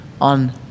on